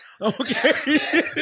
Okay